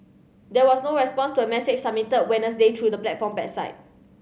there was no response to a message submitted Wednesday through the platform bedside